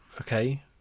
Okay